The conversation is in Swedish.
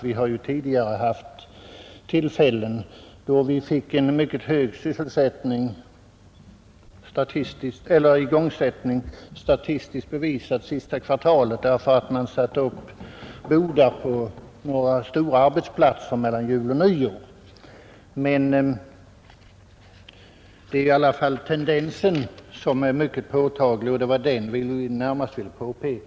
Vi har tidigare haft perioder med mycket hög igångsättning, statistiskt bevisad sista kvartalet, därför att man mellan jul och nyår satte upp bodar på några stora arbetsplatser. Men tendensen är i alla fall mycket påtaglig, och det var den vi närmast ville peka på.